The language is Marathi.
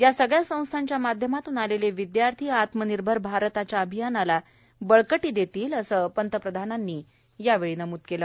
या सगळ्या संस्थांच्या माध्यमातून आलेले विदयार्थी आत्मनिर्भर भारताच्या अभियानाला बळकटी देतील असं पंतप्रधानांनी यावेळी नमूद केलं